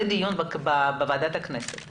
רוצה שנבין דבר אחד: זה דיון בוועדה של הכנסת.